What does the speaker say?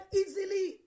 easily